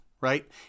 Right